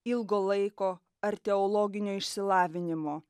ilgo laiko ar teologinio išsilavinimo